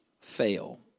fail